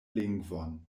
lingvon